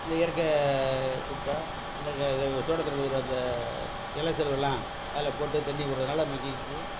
இந்த இயற்கை குப்பை அந்த க இத தோட்டத்தில் உழுவுற அந்த எலை சருகுலாம் அதில் போட்டு தண்ணி விட்றதுனால மக்கி கிக்கி